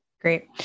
Great